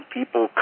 People